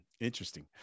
Interesting